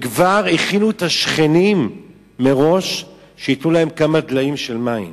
וכבר הכינו את השכנים מראש שייתנו להם כמה דליים של מים.